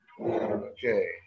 Okay